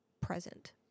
present